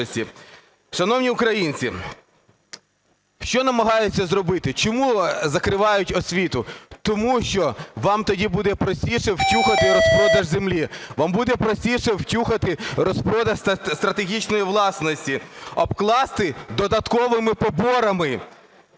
Шановні українці, що намагаються зробити, чому закривають освіту? Тому що вам тоді буде простіше "втюхати" розпродаж землі. Вам буде простіше "втюхати" розпродаж стратегічної власності, обкласти додатковими поборами.